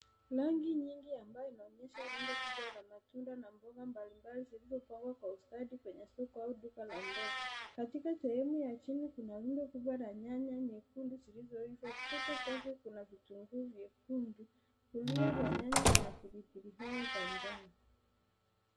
Rangi nyingi ambayo inaonyesha rundo kubwa la matunda na mboga mbalimbali zilizopangwa kwa ustadi mwenye soko au duka la mboga. Katika sehemu ya chini kuna rundo kubwa la nyanya nyekundu zilizoiva, kushoto kwake kuna vitunguu vyekundu kulia kwa nyanya kina pilipili hoho za njano.